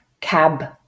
cab